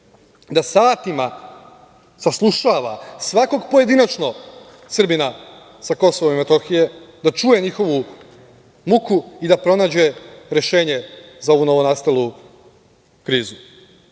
da satima saslušava svakog pojedinačno Srbina sa KiM, da čuje njihovu muku i da pronađe rešenje za ovu novonastalu krizu,